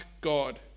God